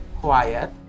quiet